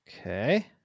Okay